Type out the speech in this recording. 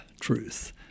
truth